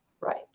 Right